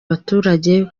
abaturage